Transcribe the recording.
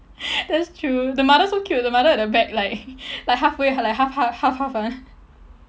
that's true the mother so cute the mother at the back like like halfway halfway like half half half half [one]